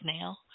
now